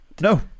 no